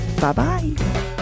Bye-bye